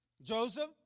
Joseph